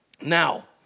Now